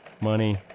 money